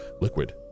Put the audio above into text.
liquid